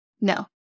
No